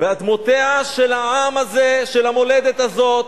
באדמותיו של העם הזה, של המולדת הזאת,